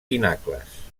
pinacles